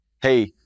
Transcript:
hey